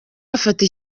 bafata